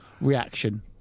reaction